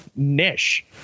niche